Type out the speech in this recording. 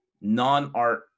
non-art